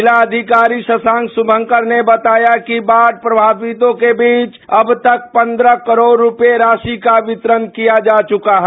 जिलाधिकारी शशांक शुभंकर ने बताया कि बाढ़ प्रभावितों के बीच अब तक पन्द्रह करोड़ रुपये राशि का वितरण किया जा चुका है